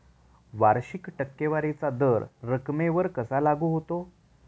वार्षिक टक्केवारीचा दर रकमेवर कसा लागू होतो?